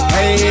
Hey